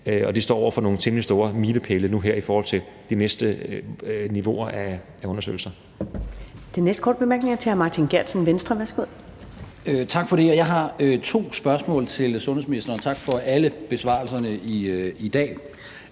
Og vi står over for nogle temmelig store milepæle nu her i forhold til de næste niveauer af undersøgelser.